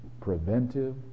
Preventive